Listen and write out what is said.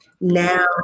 now